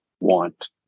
want